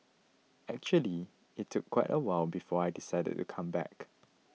actually it took quite a while before I decided to come back